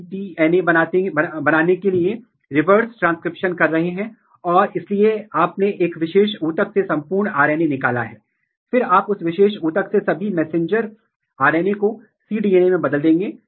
मैंने पहले ही बताया है कि MADS1 चावल में पुष्प अंग विकास या फूल विकास का एक महत्वपूर्ण रेगुलेटर है और यदि आप MADS को म्यूट करते हैं तो आपके पास एक उचित फूल विकास नहीं होगा और ये पौधे स्टेरॉयल हैं इससे बीज नहीं बनेंगे